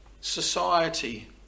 society